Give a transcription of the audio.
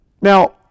Now